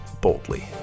boldly